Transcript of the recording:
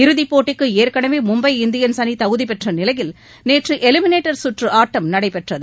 இறுதிப்போட்டிக்கு ஏற்கனவே மும்பை இண்டியன்ஸ் அணி தகுதி பெற்ற நிலையில் நேற்று எலிமினேட்டர் சுற்று ஆட்டம் நடைபெற்றது